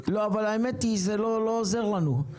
האמת היא שזה לא עוזר לנו,